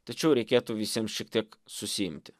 tačiau reikėtų visiems šiek tiek susiimti